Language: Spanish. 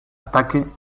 ataque